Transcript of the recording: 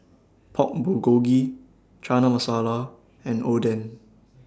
Pork Bulgogi Chana Masala and Oden